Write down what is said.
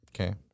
Okay